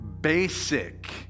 basic